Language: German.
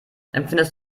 empfindest